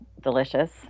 Delicious